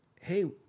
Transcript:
hey